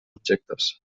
objectes